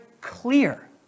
clear